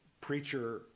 preacher